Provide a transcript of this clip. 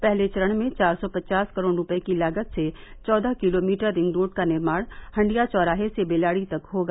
पहले चरण में चार सौ पचास करोड़ रूपये की लागत से चौदह किलोमीटर रिंगरोड का निर्माण हंडिया चौराहे से बेलाड़ी तक होगा